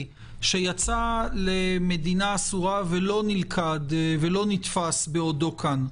שיצא למדינה אסורה ולא נתפס באותו כאן.